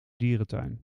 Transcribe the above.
dierentuin